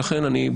אני אתייחס לזה.